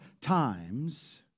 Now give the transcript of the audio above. times